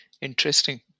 interesting